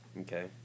Okay